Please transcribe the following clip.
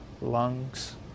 lungs